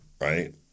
right